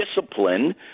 discipline